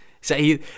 say